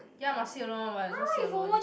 ya must sit alone what is all sit alone